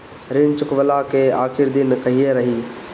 ऋण चुकव्ला के आखिरी दिन कहिया रही?